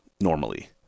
normally